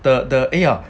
the the !aiya!